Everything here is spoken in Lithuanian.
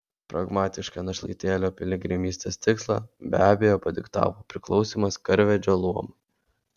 pragmatišką našlaitėlio piligrimystės tikslą be abejo padiktavo priklausymas karvedžio luomui